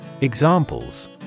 Examples